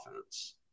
offense